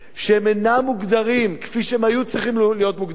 שאינם מוגדרים כפי שהם היו צריכים להיות מוגדרים,